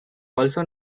also